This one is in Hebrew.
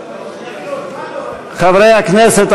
אי-אמון בממשלה לא נתקבלה.